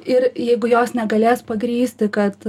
ir jeigu jos negalės pagrįsti kad